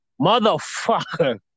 Motherfucker